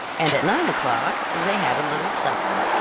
and at nine o'clock they had a little supper.